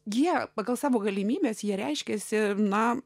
g pagal savo galimybes jie reiškiasi na